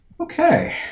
Okay